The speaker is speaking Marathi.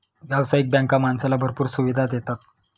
व्यावसायिक बँका माणसाला भरपूर सुविधा देतात